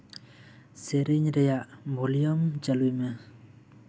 ᱥᱮᱨᱮᱧ ᱨᱮᱭᱟᱜ ᱵᱷᱚᱞᱤᱭᱟᱢ ᱪᱟᱹᱞᱩᱭ ᱢᱮ